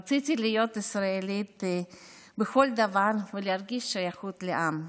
רציתי להיות ישראלית בכל דבר ולהרגיש שייכות לעם,